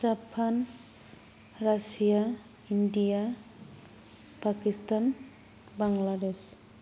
Japan Russia India Pakistan Bangladesh